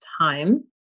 time